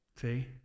See